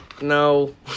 no